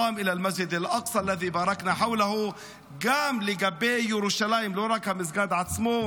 גם לגבי ירושלים, לא רק המסגד עצמו,